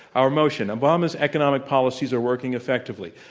our motion, obama's economic policies are working effectively,